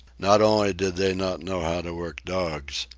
not only did they not know how to work dogs,